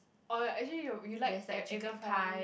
or actually you you like e~ every kind